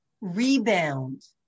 rebound